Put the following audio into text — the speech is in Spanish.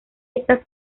estas